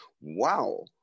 Wow